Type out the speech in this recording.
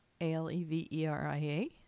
A-L-E-V-E-R-I-A